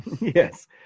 Yes